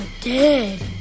dead